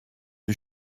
die